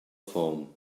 form